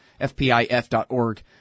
fpif.org